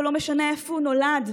ולא משנה איפה הוא נולד,